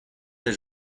t’ai